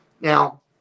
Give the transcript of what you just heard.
Now